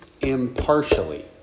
impartially